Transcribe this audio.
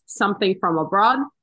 SomethingFromAbroad